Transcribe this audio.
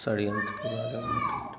षड्यंत्र के बारे में बता